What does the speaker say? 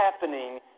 happening